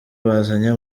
bazanye